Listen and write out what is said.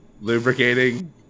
Lubricating